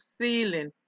ceiling